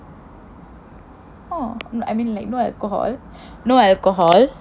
oh no I mean like no alcohol no alcohol